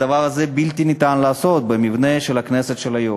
את הדבר הזה לא ניתן לעשות במבנה של הכנסת של היום.